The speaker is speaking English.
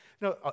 No